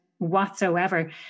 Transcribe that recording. whatsoever